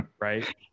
right